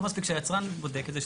לא מספיק שהיצרן בודק את זה,